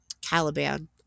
Caliban